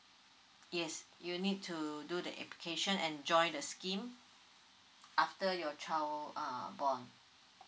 yes you need to do the application and join the scheme after your child uh born